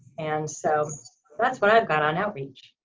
and so that's what i've got on outreach.